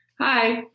Hi